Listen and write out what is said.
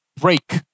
break